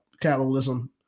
capitalism